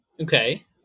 Okay